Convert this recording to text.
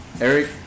Eric